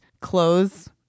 clothes